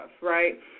right